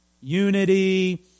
Unity